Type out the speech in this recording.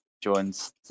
joins